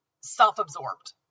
self-absorbed